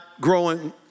growing